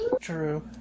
True